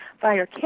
via